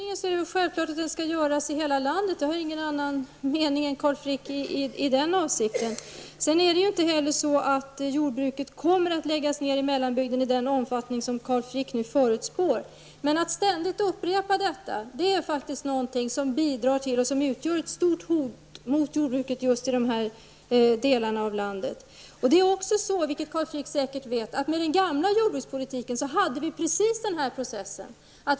Herr talman! Det är självklart att uppföljningen skall göras i hela landet. Jag har ingen annan mening än Carl Frick i det avseendet. Jordbruket i mellanbygden kommer inte heller att läggas ned i den omfattning som Carl Frick nu förutspår. Men att ständigt upprepa detta är faktiskt något som utgör ett stort hot mot jordbruket i just dessa delar av landet. Med den gamla jordbrukspolitiken hade vi, vilket Carl Frick säkert vet, precis den här processen.